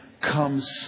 comes